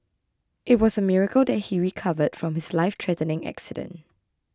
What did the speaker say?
it was a miracle that he recovered from his life threatening accident